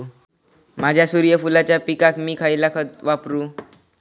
माझ्या सूर्यफुलाच्या पिकाक मी खयला खत वापरू?